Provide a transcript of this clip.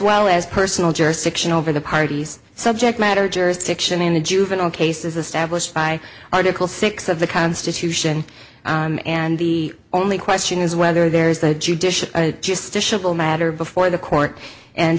well as personal jurisdiction over the parties subject matter jurisdiction in the juvenile case is established by article six of the constitution and the only question is whether there is the judicial just a simple matter before the court and